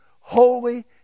holy